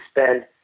spend